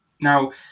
Now